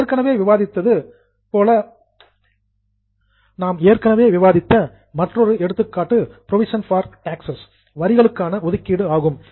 நாம் ஏற்கனவே விவாதித்த மற்றொரு எடுத்துக்காட்டு புரோவிஷன் பார் டாக்சஸ் வரிகளுக்கான ஒதுக்கீடு ஆகும்